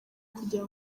kugira